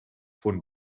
von